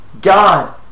God